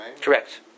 Correct